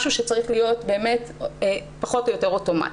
משהו שצריך להיות פחות או יותר אוטומטי.